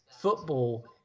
football